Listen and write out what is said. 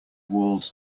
walled